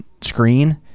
screen